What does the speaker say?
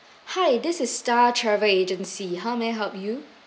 hi this is star travel agency how may I help you